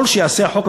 כל שיעשה החוק,